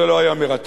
זה לא היה מרתק.